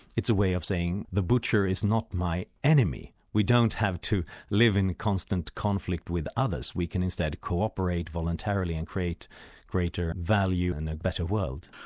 it's a way of saying the butcher is not my enemy. we don't have to live in constant conflict with others, we can instead co-operate voluntarily and create greater value and a better world.